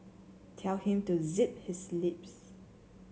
tell him to zip his lips